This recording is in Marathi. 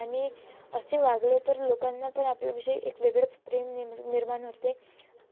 आणि असे वागले तर लोकांना पण आपल्याविषयी एक वेगळंच प्रेम निम निर्माण होते